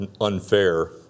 unfair